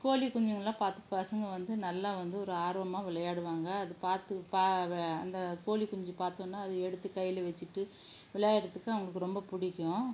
கோழிக்குஞ்சுங்கெல்லாம் பத்து பசங்கள் வந்து நல்லா வந்து ஒரு ஆர்வமாக விளையாடுவாங்க அது பார்த்து பா வெ அந்த கோழிக்குஞ்சு பார்த்தோன்னா அதை எடுத்து கையில் வெச்சுட்டு விளையாடுகிறதுக்கு அவர்களுக்கு ரொம்ப பிடிக்கும்